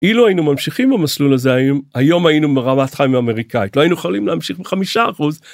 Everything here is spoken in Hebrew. אילו היינו ממשיכים במסלול הזה, היום היינו ברמת חיים אמריקאית. לא היינו יכולים להמשיך בחמישה אחוז